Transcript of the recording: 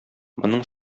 моның